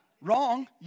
Wrong